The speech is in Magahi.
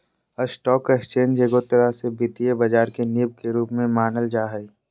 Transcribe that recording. स्टाक एक्स्चेंज एगो तरह से वित्तीय बाजार के नींव के रूप मे मानल जा हय